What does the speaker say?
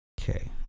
Okay